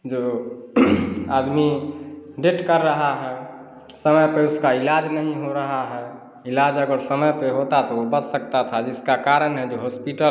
जो आदमी डेथ कर रहा है समय पर उसका इलाज़ नहीं हो रहा है इलाज़ अगर समय पर होता तो वह बच सकता था जिसका कारण है जो हॉस्पिटल